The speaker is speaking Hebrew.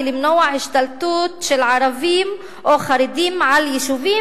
למנוע השתלטות של ערבים או חרדים על יישובים,